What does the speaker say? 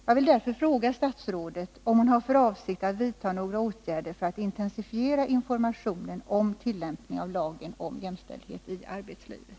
Jag vill därför fråga statsrådet om hon har för avsikt att vidta några åtgärder för att intensifiera informationen om tillämpningen av lagen om jämställdhet i arbetslivet.